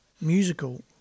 musical